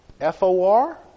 F-O-R